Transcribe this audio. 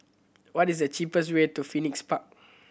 what is the cheapest way to Phoenix Park